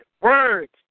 words